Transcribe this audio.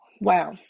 Wow